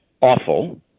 awful